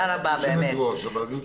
אני יודע